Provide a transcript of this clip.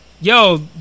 yo